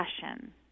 passion